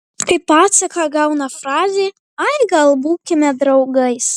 kaip atsaką gauna frazę ai gal būkime draugais